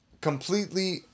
completely